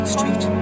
Street